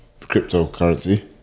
cryptocurrency